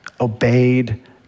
obeyed